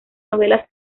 novelas